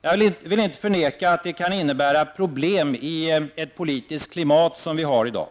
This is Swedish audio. Jag vill inte förneka att det kan innebära problem i det politiska klimat som vi har i dag.